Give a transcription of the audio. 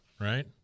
right